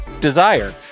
Desire